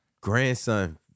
Grandson